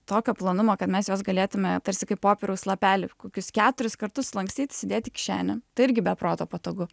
tokio plonumo kad mes juos galėtume tarsi kaip popieriaus lapelį kokius keturis kartus sulankstyt įsidėt į kišenę tai irgi be proto patogu